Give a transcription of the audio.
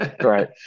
Right